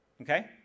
Okay